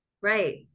Right